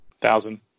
Thousand